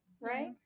right